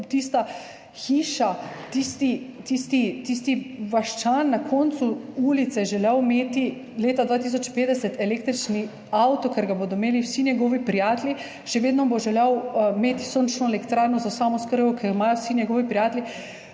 tista hiša, tisti vaščan na koncu ulice želel imeti leta 2050 električni avto, ker ga bodo imeli vsi njegovi prijatelji, še vedno bo želel imeti sončno elektrarno za samooskrbo, ki jo imajo vsi njegovi prijatelji,